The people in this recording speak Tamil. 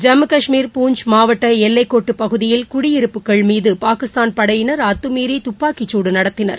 ஜம்முகாஷ்மீர் பூஞ்ச் மாவட்டஎல்லைக்கோட்டுப் பகுதியில் குடியிருப்புகள் மீதுபாகிஸ்தான் படையினர் அத்துமீறிதுப்பாக்கிக்குடுநடத்தினர்